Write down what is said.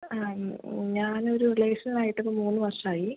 ആ ഞാൻ ഒരു റിലേഷനിലായിട്ട് ഇപ്പം മൂന്ന് വർഷം ആയി